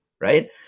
right